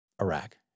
Iraq